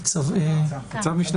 ניצב-משנה